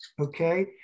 okay